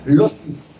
losses